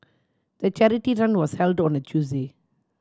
the charity run was held on a Tuesday